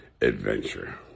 adventure